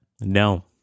No